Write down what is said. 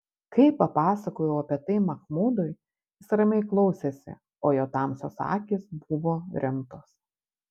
kai papasakojau apie tai machmudui jis ramiai klausėsi o jo tamsios akys buvo rimtos